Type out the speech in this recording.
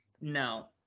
No